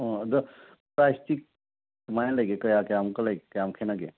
ꯑꯣ ꯑꯗꯨ ꯄ꯭ꯔꯥꯏꯖꯇꯤ ꯀꯃꯥꯏ ꯂꯩꯒꯦ ꯀꯌꯥ ꯀꯌꯥ ꯃꯨꯛꯀ ꯂꯩ ꯀꯌꯥꯝ ꯈꯦꯠꯅꯒꯦ